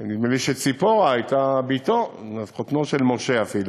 נדמה לי שצפורה הייתה בתו, חותנו של משה אפילו,